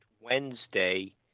Wednesday